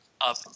Up